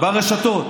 ברשתות